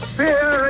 fear